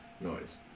noise